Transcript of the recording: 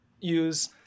use